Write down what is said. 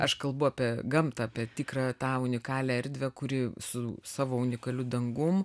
aš kalbu apie gamtą apie tikrą tą unikalią erdvę kuri su savo unikaliu dangum